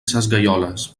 sesgueioles